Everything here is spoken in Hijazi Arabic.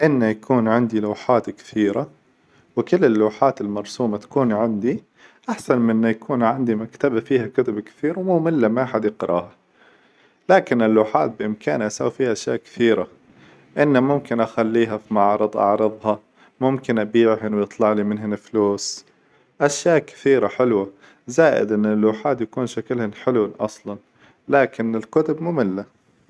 إنه يكون عندي لوحات كثيرة، وكل اللوحات المرسومة تكون عندي، أحسن من إنه يكون عندي مكتبة فيها كتب كثير ومملة ما حد يقرأها، لكن اللوحات بإمكاني أسوي فيها أشياء كثيرة، إنه ممكن أخليها في معارظ أعرظها، ممكن أبيعها ويطلع لي منها فلوس أشياء كثيرة حلوة، زائد إن اللوحات يكون شكلها حلوة أصلا لكن الكتب مملة.